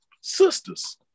sisters